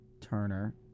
Turner